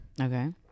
Okay